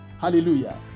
Hallelujah